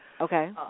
Okay